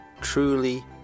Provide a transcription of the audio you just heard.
truly